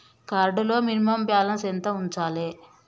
Card లో minimum balance ఎంత ఉంచాలే?